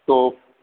تو